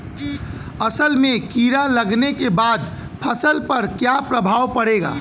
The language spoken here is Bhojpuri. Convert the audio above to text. असल में कीड़ा लगने के बाद फसल पर क्या प्रभाव पड़ेगा?